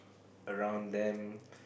around them